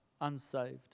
unsaved